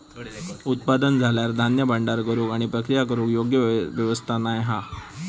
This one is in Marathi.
उत्पादन झाल्यार धान्य भांडार करूक आणि प्रक्रिया करूक योग्य व्यवस्था नाय हा